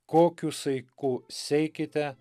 kokiu saiku seikite